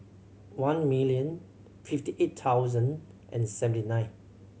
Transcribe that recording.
one million fifty eight thousand and seventy nine